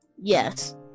Yes